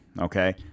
okay